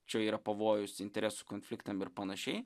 čia yra pavojus interesų konfliktam ir panašiai